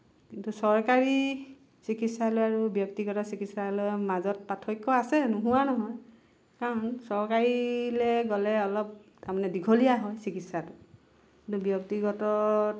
কিন্তু চৰকাৰী চিকিৎসালয় আৰু ব্যক্তিগত চিকিৎসালয়ৰ মাজত পাৰ্থক্য আছে নোহোৱা নহয় কাৰণ চৰকাৰীলৈ গ'লে অলপ তাৰমানে দীঘলীয়া হয় চিকিৎসাটো কিন্তু ব্যক্তিগতত